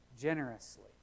generously